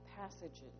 passages